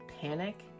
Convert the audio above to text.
panic